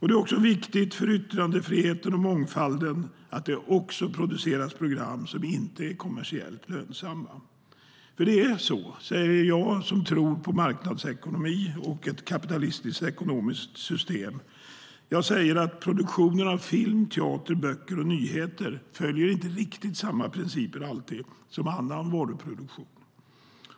Det är dessutom viktigt för yttrandefriheten och mångfalden att det också produceras program som inte är kommersiellt lönsamma. Det är så, säger jag som tror på marknadsekonomi och ett kapitalistiskt ekonomiskt system, att produktionen av film, teater, böcker och nyheter inte alltid följer riktigt samma principer som annan varuproduktion.